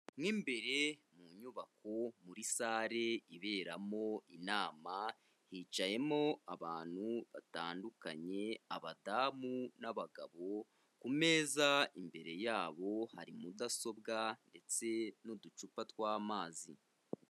Mo imbere mu nyubako, muri sare iberamo inama, hicayemo abantu batandukanye, abadamu, n'abagabo, ku meza imbere yabo, hari mudasobwa ndetse n'uducupa tw'amazi.